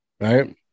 Right